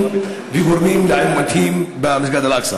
וגורמים שכמוהו לעימותים במסגד אל-אקצא?